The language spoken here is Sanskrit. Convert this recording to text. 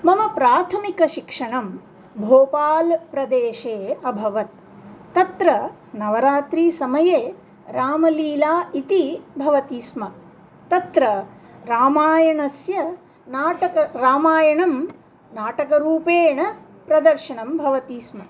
मम प्राथमिकशिक्षणं भोपालप्रदेशे अभवत् तत्र नवरात्रिसमये रामलीला इति भवति स्म तत्र रामायणस्य नाटकं रामायणं नाटकरूपेण प्रदर्शनं भवति स्म